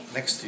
Next